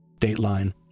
Dateline